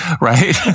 Right